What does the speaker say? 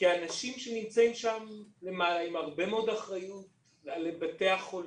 כאנשים שנמצאים שם עם הרבה מאוד אחריות על בתי החולים,